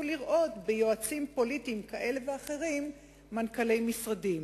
לראות ביועצים פוליטיים כאלה ואחרים מנכ"לי משרדים.